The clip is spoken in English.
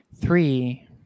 Three